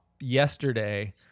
yesterday